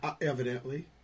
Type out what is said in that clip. evidently